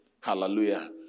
Hallelujah